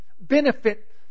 Benefit